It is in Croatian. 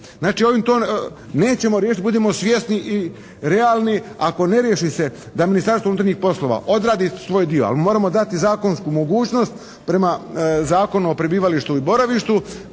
Znači, ovim to nećemo riješiti, budimo svjesni i realni. Ako ne riješi se da Ministarstvo unutarnjih poslova odradi svoj dio ali mu moramo dati i zakonsku mogućnost prema Zakonu o prebivalištu i boravištu